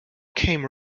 came